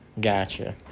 gotcha